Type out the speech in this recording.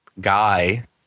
guy